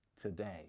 today